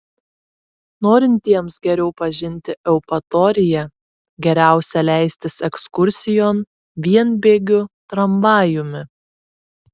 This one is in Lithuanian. norintiems geriau pažinti eupatoriją geriausia leistis ekskursijon vienbėgiu tramvajumi